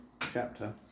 chapter